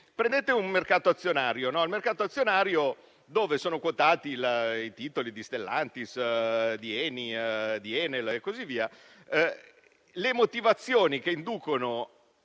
Prendete un mercato azionario, dove sono quotati i titoli di Stellantis, di ENI, di Enel e così via: le motivazioni che inducono